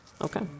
Okay